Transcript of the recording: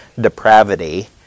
depravity